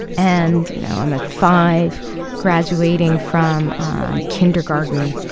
and, you know, i'm at five graduating from um kindergarten.